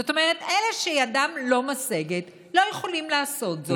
זאת אומרת, אלה שידם לא משגת לא יכולים לעשות זאת.